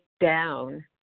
down